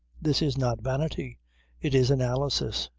this is not vanity it is analysis.